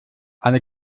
eine